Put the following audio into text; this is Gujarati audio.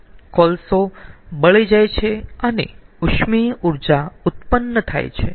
કોલસો બળી જાય છે અને ઉષ્મીય ઊર્જા ઉત્પન્ન થાય છે